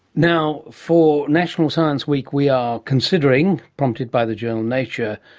now for national science week we are considering, prompted by the journal nature,